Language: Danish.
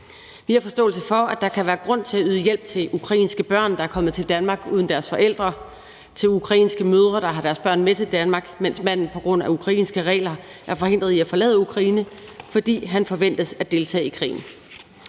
Vi har forståelse for, at der kan være grund til at yde hjælp til ukrainske børn, der er kommet til Danmark uden deres forældre, og til ukrainske mødre, der har deres børn med til Danmark, mens manden på grund af ukrainske regler er forhindret i at forlade Ukraine, fordi han forventes at deltage i krigen.